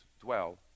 dwell